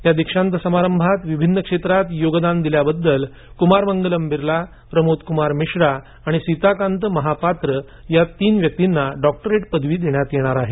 या दीक्षांत समारंभात विभिन्न क्षेत्रात दिलेल्या योगदानाबद्दल कुमार मंगलम बिर्ला प्रमोद कुमार मिश्रा आणि सीताकांत महापात्र या तीन व्यक्तींना डॉक्टरेट पदवी देण्यात येणार आहे